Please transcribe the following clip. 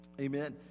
Amen